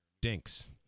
dinks